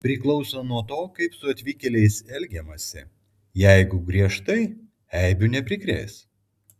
priklauso nuo to kaip su atvykėliais elgiamasi jeigu griežtai eibių neprikrės